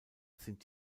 sind